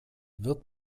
wird